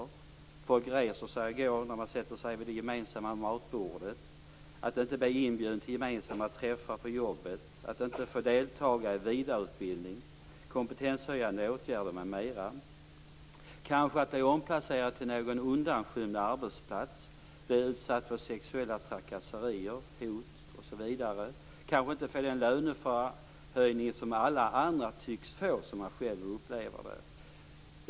Det kan vara att folk reser sig och går när man sätter sig vid det gemensamma matbordet. Det kan vara att man inte blir inbjuden till gemensamma träffar på jobbet. Man får inte delta i vidareutbildning, kompetenshöjande åtgärder m.m. Det kanske kan vara att man blir omplacerad till någon undanskymd arbetsplats, att man blir utsatt för sexuella trakasserier, hot osv. Man kanske inte får den löneförhöjning som alla andra tycks få, som man själv upplever det.